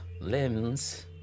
limbs